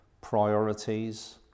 priorities